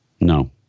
No